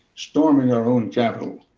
storming our own capitol.